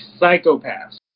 psychopaths